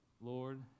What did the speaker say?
Lord